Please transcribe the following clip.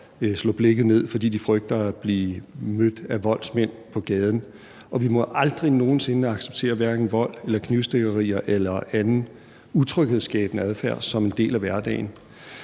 slå blikket ned, fordi de frygter at blive mødt af voldsmænd på gaden, og vi må aldrig nogen sinde acceptere hverken vold eller knivstikkeri eller anden utryghedsskabende adfærd som en del af hverdagen.